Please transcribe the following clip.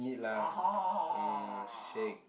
[orh hor]